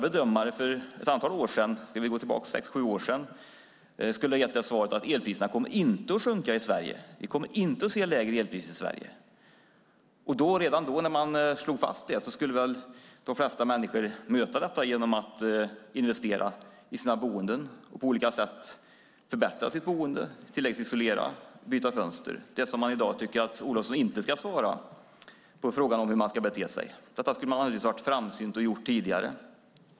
Om vi går tillbaka sex sju år skulle de flesta bedömare ha sagt att elpriserna i Sverige inte kommer att sjunka, att vi inte kommer att få se lägre elpriser i Sverige. Redan då, när det slogs fast, skulle de flesta människor möta det genom att investera i, och på olika sätt förbättra, sitt boende, genom att tilläggsisolera och byta fönster, alltså göra det som man i dag inte anser att Olofsson ska föreslå när det gäller frågan hur man ska bete sig. Man skulle naturligtvis ha varit framsynt och gjort detta tidigare.